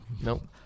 Nope